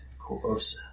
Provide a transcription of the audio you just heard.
Corvosa